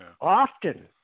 Often